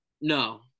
No